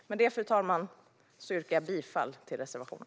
Med detta, fru talman, yrkar jag bifall till reservationen.